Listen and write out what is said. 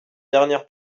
dernière